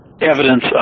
evidence